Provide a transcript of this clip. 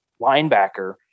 linebacker